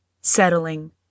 Settling